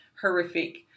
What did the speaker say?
horrific